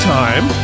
time